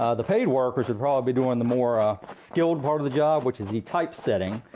ah the paid workers would probably be doing the more skilled part of the job, which is the type setting.